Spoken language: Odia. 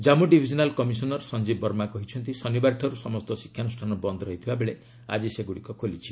କମ୍ମୁ ଡିଭିଜନାଲ୍ କମିଶନର୍ ସଞ୍ଜୀବ୍ ବର୍ମା କହିଛନ୍ତି ଶନିବାରଠାରୁ ସମସ୍ତ ଶିକ୍ଷାନୁଷ୍ଠାନ ବନ୍ଦ୍ ରହିଥିବାବେଳେ ଆକି ସେଗୁଡ଼ିକ ଖୋଲିଛି